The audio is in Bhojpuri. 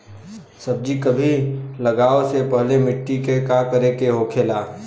सब्जी कभी लगाओ से पहले मिट्टी के का करे के होखे ला?